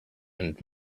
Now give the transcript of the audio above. and